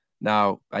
Now